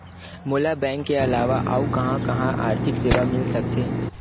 मोला बैंक के अलावा आऊ कहां कहा आर्थिक सेवा मिल सकथे?